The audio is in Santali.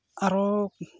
ᱟᱨᱚ